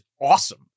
awesome